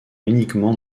uniquement